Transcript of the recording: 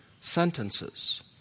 sentences